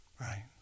Right